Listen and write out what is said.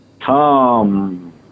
Tom